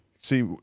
See